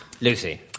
Lucy